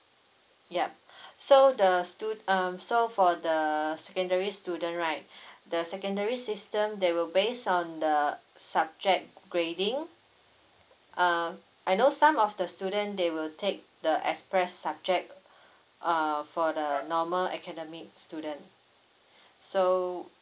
ya so the stu~ um so for the secondary student right the secondary system they will based on the subject grading um I know some of the student they will take the express subject uh for the normal academic student so